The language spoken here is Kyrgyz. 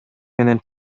менен